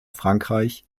frankreich